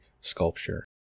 sculpture